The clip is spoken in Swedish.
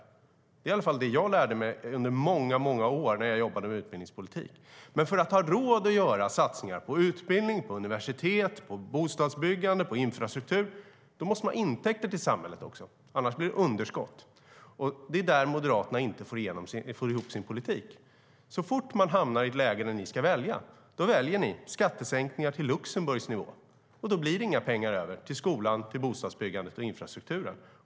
Det var i alla fall det jag lärde mig under många år när jag jobbade med utbildningspolitik. Men för att ha råd att göra satsningar på utbildning, universitet, bostadsbyggande och infrastruktur måste man ha intäkter till samhället. Annars blir det underskott. Det är där Moderaterna inte får ihop sin politik. Så fort ni hamnar i ett läge där ni ska välja väljer ni skattesänkningar till Luxemburgs nivå. Då blir det inga pengar över till skolan, bostadsbyggandet och infrastrukturen.